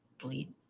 bleed